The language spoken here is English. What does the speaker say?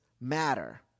matter